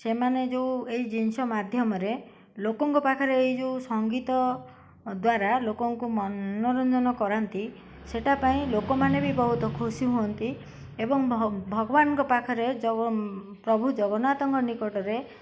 ସେମାନେ ଯେଉଁ ଏଇ ଜିନିଷ ମାଧ୍ୟମରେ ଲୋକଙ୍କ ପାଖରେ ଏଇ ଯେଉଁ ସଙ୍ଗୀତ ଦ୍ୱାରା ଲୋକଙ୍କୁ ମନୋରଞ୍ଜନ କରାନ୍ତି ସେଇଟା ପାଇଁ ଲୋକମାନେ ବି ବହୁତ ଖୁସି ହୁଅନ୍ତି ଏବଂ ଭ ଭଗବାନଙ୍କ ପାଖରେ ଜଗ ପ୍ରଭୁ ଜଗନ୍ନାଥଙ୍କ ନିକଟରେ